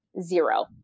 Zero